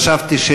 חשבתי,